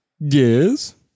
Yes